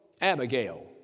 Abigail